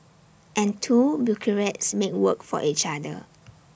and two bureaucrats make work for each other